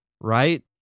Right